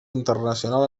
internacional